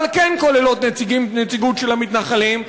אבל כן כוללות נציגות של המתנחלים,